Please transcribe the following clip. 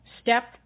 Step